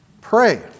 Pray